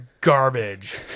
garbage